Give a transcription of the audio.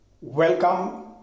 welcome